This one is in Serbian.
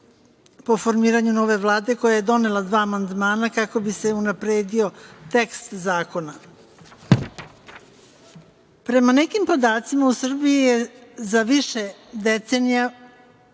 po formiranju nove Vlade koja je donela dva amandmana kako bi se unapredio tekst zakona. Prema nekim podacima u Srbiji je za više decenija